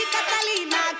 Catalina